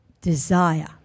Desire